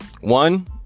one